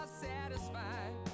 satisfied